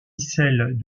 celle